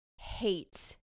hate